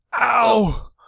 Ow